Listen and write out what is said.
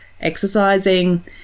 exercising